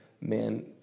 man